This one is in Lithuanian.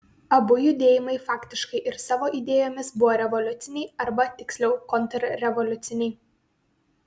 abu judėjimai faktiškai ir savo idėjomis buvo revoliuciniai arba tiksliau kontrrevoliuciniai